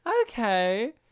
Okay